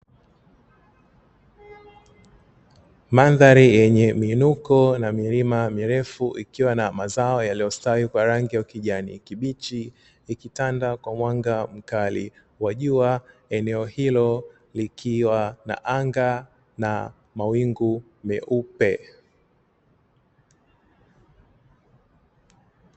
Mandhari yenye miinuko na milima mirefu ikiwa na mazao yaliyostawi kwa rangi ya ukijani kibichi ikitanda kwa mwanga mkali wa jua, eneo hilo likiwa na anga na mawingu meupe.